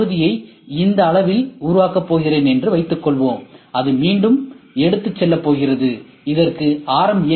இந்த பகுதியை இந்த அளவில் உருவாக்கப் போகிறேன் என்று வைத்துக்கொள்வோம் அது மீண்டும் எடுத்துச் செல்லப்போகிறது இதற்கு ஆர்